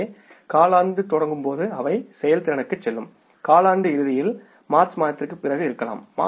எனவே காலாண்டு தொடங்கும் போது அவை செயல்திறனுக்காகச் செல்லும் காலாண்டின் இறுதியில் மார்ச் மாதத்திற்குப் பிறகு இருக்கலாம்